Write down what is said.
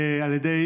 על ידי